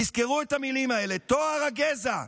תזכרו את המילים האלה, טוהר הגזע.